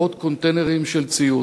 עשרות קונטיינרים של ציוד.